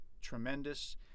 tremendous